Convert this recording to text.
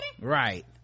right